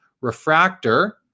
Refractor